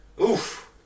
Oof